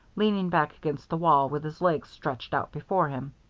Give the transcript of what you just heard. leaning back against the wall with his legs stretched out before him.